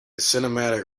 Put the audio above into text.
cinematic